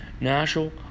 national